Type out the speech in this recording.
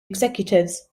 executives